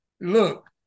look